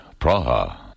Praha